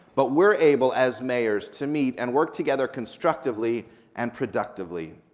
but we're able as mayors to meet and work together constructively and productively,